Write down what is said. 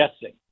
guessing